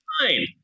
fine